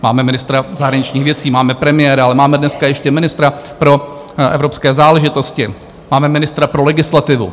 Máme ministra zahraničních věcí, máme premiéra, ale máme dneska ještě ministra pro evropské záležitosti, máme ministra pro legislativu.